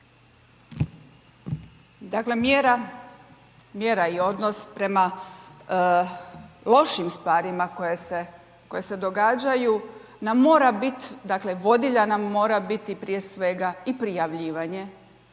mjera, mjera i odnos prema lošim stvarima koje se događaju nam mora biti, dakle vodilja nam mora biti prije svega i prijavljivanje